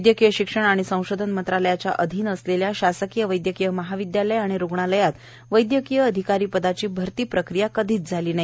वैदयकीय शिक्षण आणि संशोधन मंत्रालयाच्या अधिन असलेल्या शासकीय वैदयकीय महाविद्यालय आणि रुग्णालयात वैद्यकीय अधिकारी पदाची भरती प्रक्रिया कधीच झाली नाही